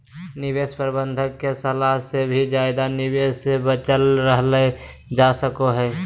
निवेश प्रबंधक के सलाह से भी ज्यादा निवेश से बचल रहल जा सको हय